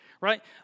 right